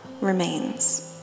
remains